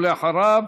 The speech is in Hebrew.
ואחריו,